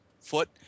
foot